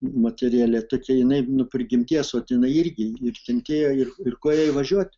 moterėlė tokia jinai nuo prigimties vat jinai irgi ir kentėjo ir ir ko jai važiuoti